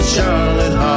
Charlotte